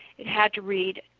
it had to read